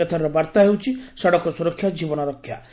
ଏଥରର ବାର୍ଭା ହେଉଛି 'ସଡ଼କ ସୁରକ୍ଷା ଜୀବନ ରକ୍ଷା'